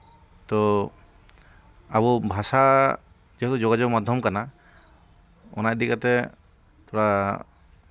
ᱛᱳ ᱟᱵᱚ ᱵᱷᱟᱥᱟ ᱡᱮᱦᱮᱛᱩ ᱡᱳᱜᱟᱡᱳᱜᱽ ᱢᱟᱫᱽᱫᱷᱚᱢ ᱠᱟᱱᱟ ᱚᱱᱟ ᱤᱫᱤ ᱠᱟᱛᱮᱫ ᱛᱷᱚᱲᱟ